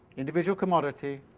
individual commodity,